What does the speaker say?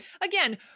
again